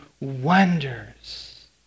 wonders